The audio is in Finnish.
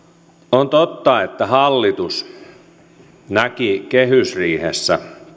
on totta että hallitus näki kehysriihessä